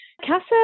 CASA